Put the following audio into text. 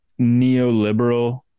neoliberal